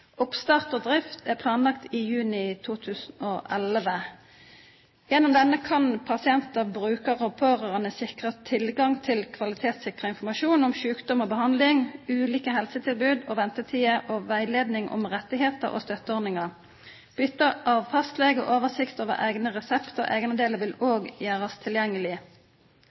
Oppstart og drift er planlagt i juni 2011. Gjennom denne kan pasienter, brukere og pårørende sikres tilgang til kvalitetssikret informasjon om sykdom og behandling, ulike helsetilbud og ventetider og veiledning om rettigheter og støtteordninger. Bytte av fastlege, oversikt over egne resepter og egenandeler vil også gjøres tilgjengelig.